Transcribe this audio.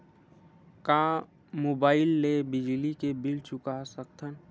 का मुबाइल ले बिजली के बिल चुका सकथव?